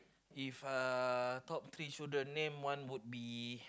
if uh top three children name one would be